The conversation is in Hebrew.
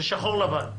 זה שחור-לבן.